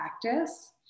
practice